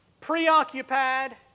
preoccupied